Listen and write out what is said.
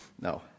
No